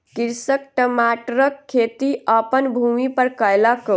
कृषक टमाटरक खेती अपन भूमि पर कयलक